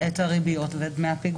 את הריביות ואת דמי הפיגורים.